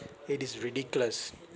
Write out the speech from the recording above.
it is ridiculous